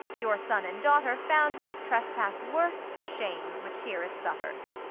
your son and daughter found this trespass worth the shame which here it suffers.